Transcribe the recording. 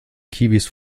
kiwis